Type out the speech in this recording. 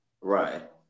Right